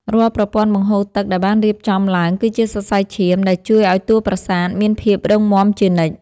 រាល់ប្រព័ន្ធបង្ហូរទឹកដែលបានរៀបចំឡើងគឺជាសរសៃឈាមដែលជួយឱ្យតួប្រាសាទមានភាពរឹងមាំជានិច្ច។